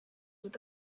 with